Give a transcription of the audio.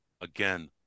again